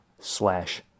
slash